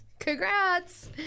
congrats